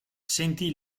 sentì